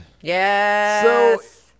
Yes